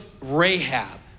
Rahab